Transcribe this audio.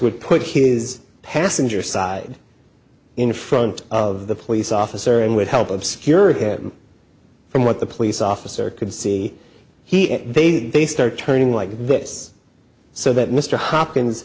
would put his passenger side in front of the police officer and would help obscure him from what the police officer could see he and they they start turning like this so that mr hopkins